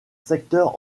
secteur